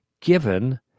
given